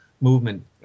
movement